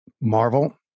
Marvel